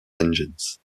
vengeance